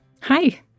Hi